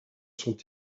sont